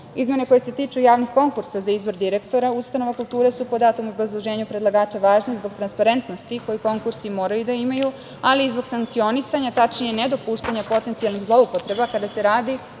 koje se tiču javnih konkursa za izbor direktora ustanova kulture su po datom obrazloženju predlagača važni zbog transparentnosti koju konkursi moraju da imaju, ali i zbog sankcionisanja, tačnije nedopuštanja potencijalnih zloupotreba kada se radi